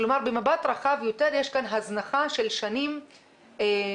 כלומר במבט רחב יותר יש כאן הזנחה של שנים מכוונת.